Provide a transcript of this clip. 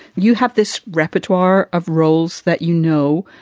you have this repertoire of roles that, you know,